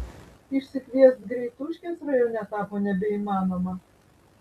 išsikviest greituškės rajone tapo nebeįmanoma